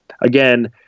again